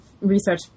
research